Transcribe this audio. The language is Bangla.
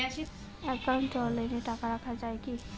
একাউন্টে অনলাইনে টাকা জমা রাখা য়ায় কি?